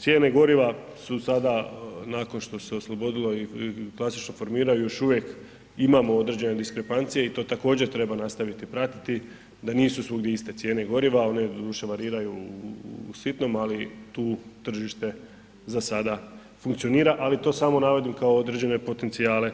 Cijene goriva su sada nakon što se oslobodilo i klasično formiraju još uvijek imamo određene diskrepancije i to također treba nastaviti pratiti da nisu svugdje iste cijene goriva, a one doduše variraju u sitnom, ali tu tržište za sada funkcionira, ali to samo navodim kao određene potencijale